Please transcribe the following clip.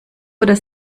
oder